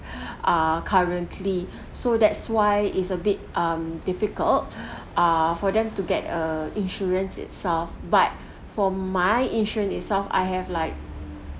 ah currently so that's why it's a bit um difficult ah for them to get a insurance itself but for my insurance itself I have like